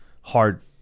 hard